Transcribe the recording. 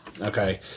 Okay